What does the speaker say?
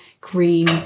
green